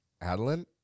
Adeline